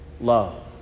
love